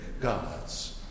gods